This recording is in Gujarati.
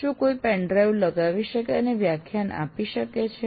શું કોઈ પેન ડ્રાઈવ લગાવી શકે અને વ્યાખ્યાન આપી શકે છે